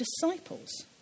disciples